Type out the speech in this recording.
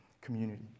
community